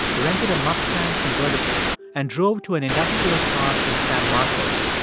rented a mustang convertible and drove to an industrial park in san marcos,